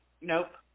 Nope